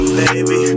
baby